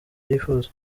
yifuza